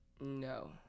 No